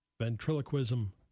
ventriloquism